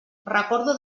recordo